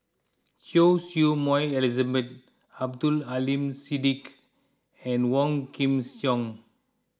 Choy Su Moi Elizabeth Abdul Aleem Siddique and Wong Kin Jong